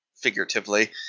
figuratively